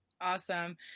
awesome